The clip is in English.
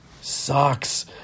sucks